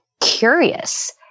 curious